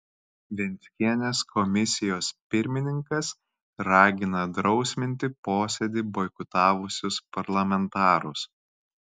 venckienės komisijos pirmininkas ragina drausminti posėdį boikotavusius parlamentarus